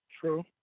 true